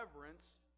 reverence